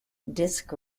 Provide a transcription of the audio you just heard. disc